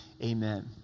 Amen